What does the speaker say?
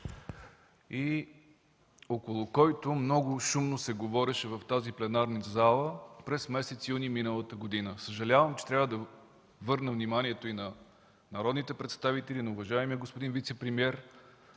и около който много шумно се говореше в тази пленарна зала през месец юни миналата година. Съжалявам, че трябва да обърна вниманието и на народните представители, и на уважаемия господин вицепремиер,